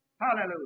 Hallelujah